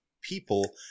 people